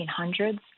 1800s